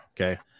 Okay